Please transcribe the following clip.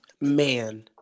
Man